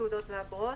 תעודות ואגרות),